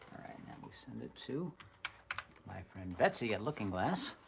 right, now we send it to my friend betsy at looking glass.